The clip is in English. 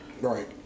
Right